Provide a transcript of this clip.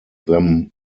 them